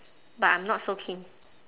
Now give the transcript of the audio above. but I'm not so keen